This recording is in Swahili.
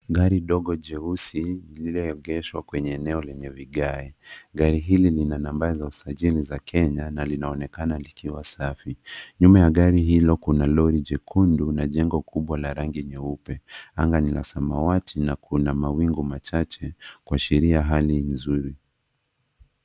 Gari dogo jeusi lililoegeshwa kwenye eneo lenye vigae gari hili lina nambari za usajili za Kenya na linaonekana likiwa safi nyuma ya gari hilo kuna lori jekundu na jengo kubwa la rangi nyeupe anga ni la samawati na kuna mawingu machache kuashiria hali nzuri.